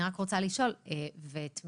אני רק רוצה לשאול: תמיכה